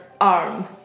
arm